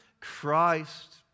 Christ